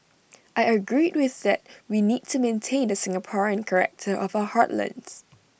I agreed with that we need to maintain the Singaporean character of our heartlands